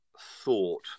thought